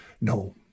No